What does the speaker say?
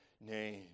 name